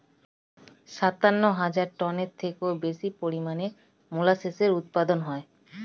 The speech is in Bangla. সাতান্ন হাজার টনের থেকেও বেশি পরিমাণে মোলাসেসের উৎপাদন হয়